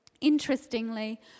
Interestingly